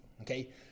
Okay